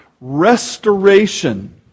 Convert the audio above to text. restoration